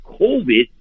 COVID